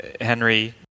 henry